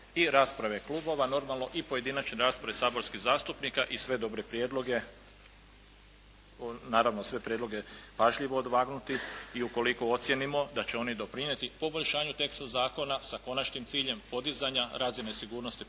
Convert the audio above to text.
i rasprave klubova normalno i pojedinačne rasprave svih zastupnika i sve dobre prijedloge, naravno sve prijedloge pažljivo odvagnuti i ukoliko ocijenimo da će oni doprinijeti poboljšanju teksta zakona sa konačnim ciljem podizanja razine sigurnosti